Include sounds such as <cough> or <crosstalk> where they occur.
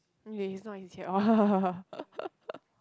okay he's not he's here orh <laughs>